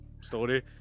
story